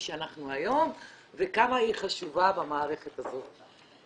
שאנחנו היום וכמה היא חשובה במערכת הזאת.